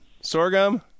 Sorghum